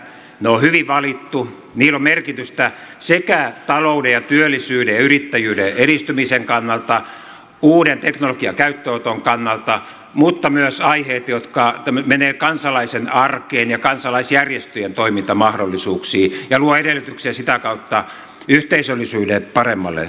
ne on hyvin valittu niillä on merkitystä talouden ja työllisyyden ja yrittäjyyden edistymisen kannalta uuden teknologian käyttöönoton kannalta mutta on myös aiheita jotka menevät kansalaisen arkeen ja kansalaisjärjestöjen toimintamahdollisuuksiin ja luovat edellytyksiä sitä kautta yhteisöllisyyden paremmalle toteutumiselle